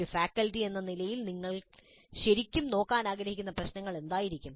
ഒരു ഫാക്കൽറ്റി എന്ന നിലയിൽ നിങ്ങൾ ശരിക്കും നോക്കാൻ ആഗ്രഹിക്കുന്ന പ്രശ്നങ്ങൾ എന്തായിരിക്കും